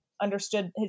understood